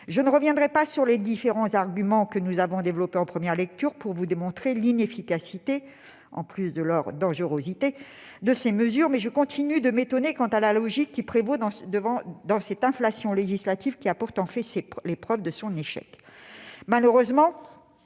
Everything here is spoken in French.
Je ne reviendrai pas sur les différents arguments que nous avons développés en première lecture pour vous démontrer l'inefficacité, en plus de leur dangerosité, de ces mesures. Mais je continue de m'étonner de la logique qui prévaut dans cette inflation législative, qui a pourtant fait les preuves de son échec.